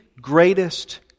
greatest